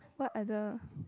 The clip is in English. what other